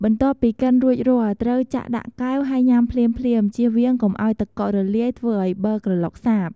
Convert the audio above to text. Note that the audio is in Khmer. បន្ទាប់ពីកិនរួចរាល់ ត្រូវចាក់ដាក់កែវហើយញ៉ាំភ្លាមៗ ជៀសវាងកុំឲ្យទឹកកករលាយធ្វើឲ្យប័រក្រឡុកសាប។